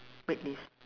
wait list